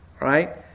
Right